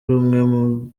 rumwe